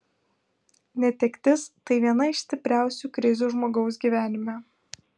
netektis tai viena iš stipriausių krizių žmogaus gyvenime